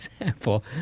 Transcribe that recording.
example